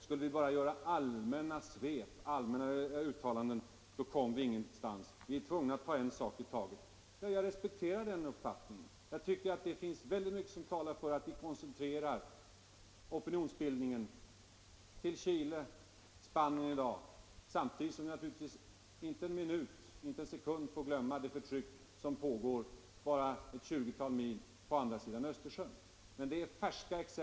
Skulle vi bara göra allmänna svep och allmänna uttalanden kom vi ingenstans. Vi är tvungna att ta en sak i taget. Jag respekterar den uppfattningen. Jag tycker att det finns mycket som talar för att vi koncentrerar opinionsbildningen till Chile och Spanien i dag, samtidigt som vi naturligtvis inte en minut, inte en sekund, får glömma det förtryck som pågår bara ett tjugotal mil på andra sidan Östersjön.